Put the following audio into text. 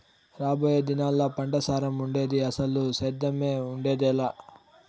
రాబోయే దినాల్లా పంటసారం ఉండేది, అసలు సేద్దెమే ఉండేదెలా